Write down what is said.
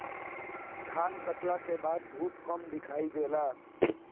धान काटला के बाद धूप कम दिखाई देला